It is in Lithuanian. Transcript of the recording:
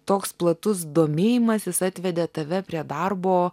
toks platus domėjimasis atvedė tave prie darbo